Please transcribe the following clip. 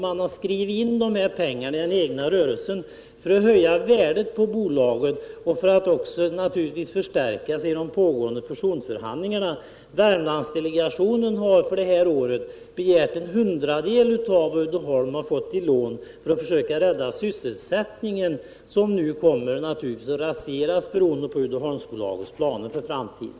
Man har skrivit in dessa pengar i den egna verksamheten för att höja värdet på bolaget och naturligtvis också för att förstärka sin position under de pågående fusionsförhandlingarna. Värmlandsdelegationen har för innevarande år begärt en hundradel av vad Uddeholmsbolaget har fått i lån. Det har man gjort för att försöka rädda sysselsättningen, som kommer att raseras på grund av Uddeholmsbolagets planer för framtiden.